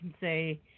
say